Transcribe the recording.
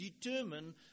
determine